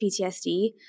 PTSD